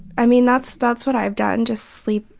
i mean that's that's what i've done. just sleep.